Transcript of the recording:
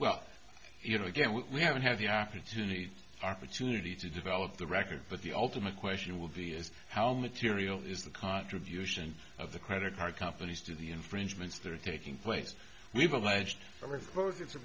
well you know again we haven't had the opportunity to opportunity to develop the record but the ultimate question will be is how material is the contribution of the credit card companies to the infringements that are taking place we've alleged